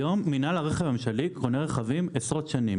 היום מינהל הרכב הממשלתי קונה רכבים עשרות שנים